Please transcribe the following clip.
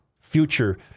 future